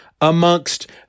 amongst